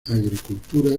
agricultura